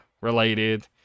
related